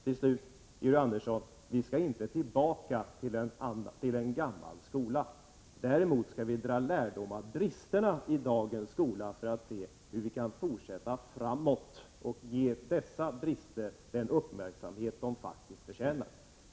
Till slut, Georg Andersson: Vi skall inte tillbaka till en gammal skola. Däremot skall vi dra lärdom av bristerna i dagens skola för att se hur vi skall fortsätta framåt. Vi skall ge dessa brister den uppmärksamhet som de faktiskt förtjänar.